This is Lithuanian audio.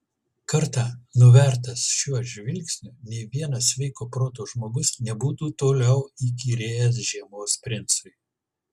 kartą nuvertas šiuo žvilgsniu nė vienas sveiko proto žmogus nebūtų toliau įkyrėjęs žiemos princui